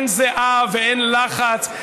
אין זיעה ואין לחץ,